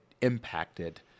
impacted